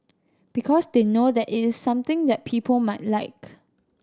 because they know that it's something that people might like